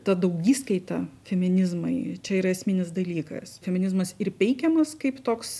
ta daugiskaita feminizmai čia yra esminis dalykas feminizmas ir peikiamas kaip toks